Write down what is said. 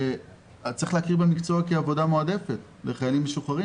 צריך להכיר במקצוע כעבודה מועדפת לחיילים משוחררים,